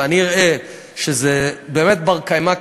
ואני אראה שזה באמת בר-קיימא,